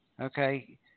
Okay